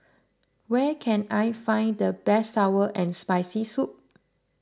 where can I find the best Sour and Spicy Soup